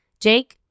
Jake